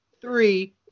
three